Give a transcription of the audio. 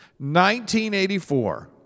1984